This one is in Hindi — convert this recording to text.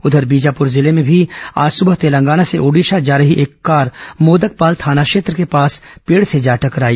उधर बीजापुर जिले में भी आज सुबह तेलंगाना से ओडिशा जा रही एक कार मोदकपाल थाना क्षेत्र के पास पेड़ से जा टकराई